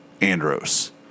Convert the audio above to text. andros